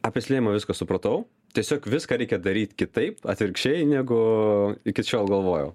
apie slidinėjimą viską supratau tiesiog viską reikia daryt kitaip atvirkščiai negu iki šiol galvojau